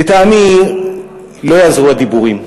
לטעמי, לא יעזרו הדיבורים.